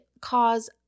cause